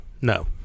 No